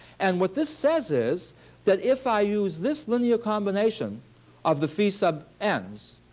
and what this says is that if i use this linear combination of the phi sub n's,